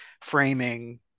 framing